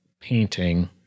painting